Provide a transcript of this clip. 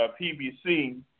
PBC